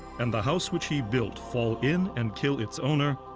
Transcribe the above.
and the house which he built fall in and kill its owner,